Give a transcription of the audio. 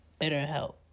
BetterHelp